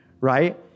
right